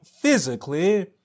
physically